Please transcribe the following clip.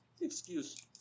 excuse